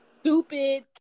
stupid